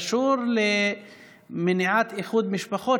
חוק האזרחות קשור למניעת איחוד משפחות,